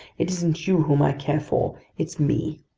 it isn't you whom i care for, it's me!